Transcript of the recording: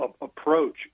approach